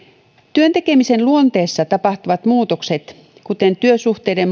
työn tekemisen luonteessa tapahtuvat muutokset kuten työsuhteiden